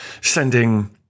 sending